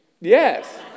Yes